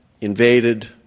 invaded